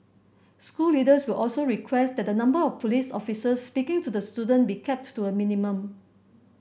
school leaders will also request that the number of police officers speaking to the student be kept to a minimum